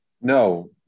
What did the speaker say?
No